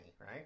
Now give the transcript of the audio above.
right